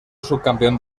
subcampeón